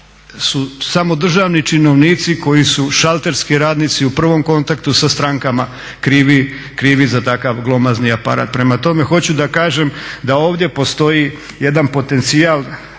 su samo državni činovnici koji su šalterski radnici u prvom kontaktu sa strankama krivi za takav glomazni aparat. Prema tome, hoću da kažem da ovdje postoji jedan potencijal